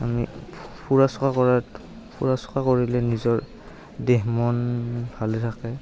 আমি ফুৰা চকা কৰাত ফুৰা চকা কৰিলে নিজৰ দেহ মন ভালে থাকে